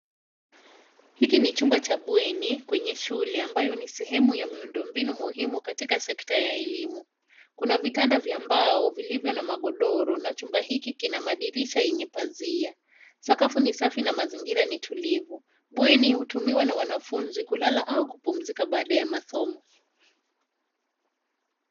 Hiki ni chumba cha bweni kwenye shule ambayo ni sehemu ya miundo binu muhimu katika sekta ya elimu. Kuna vitanda ya mbao ilivyo na magodoro na jumba hiki kina madirisha enye pazia. Sakafu ni safi na mazingira ni tulivu. Bweni hutumiwa na wanafunzi kulala au kupumzika baada ya masomo.